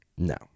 No